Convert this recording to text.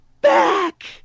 back